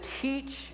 teach